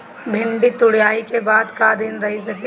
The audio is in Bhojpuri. भिन्डी तुड़ायी के बाद क दिन रही सकेला?